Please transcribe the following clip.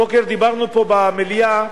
הבוקר דיברנו פה, במליאה,